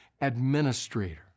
administrator